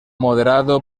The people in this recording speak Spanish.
moderado